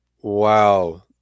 Wow